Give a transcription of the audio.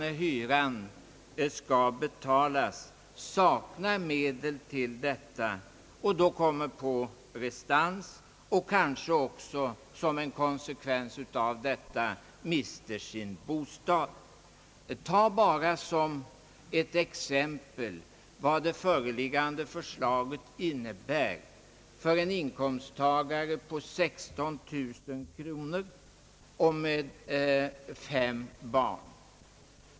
När hyran skall betalas saknar de kanske medel till detta, kommer på restans och även som konsekvens härav möjligen mister sin bostad. Tag bara som exempel vad det föreliggande förslaget innebär för en inkomsttagare med 16 000 kronor och fem barn.